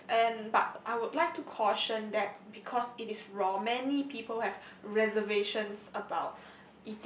yes and but I would like to caution that because it is raw many people have reservations about